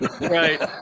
Right